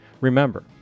Remember